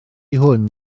hwn